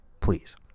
please